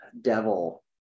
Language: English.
devil